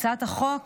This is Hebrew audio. הצעת החוק